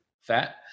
fat